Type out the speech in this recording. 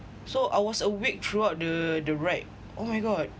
so I was awake throughout the the ride oh my god